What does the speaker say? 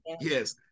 Yes